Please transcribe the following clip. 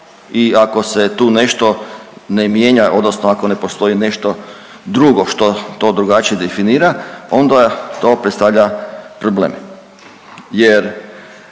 i ako se tu nešto ne mijenja, odnosno ako ne postoji nešto drugo što to drugačije definira, onda to predstavlja problem jer